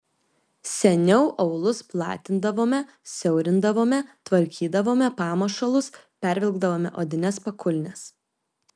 seniau aulus platindavome siaurindavome tvarkydavome pamušalus pervilkdavome odines pakulnes